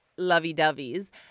lovey-dovey's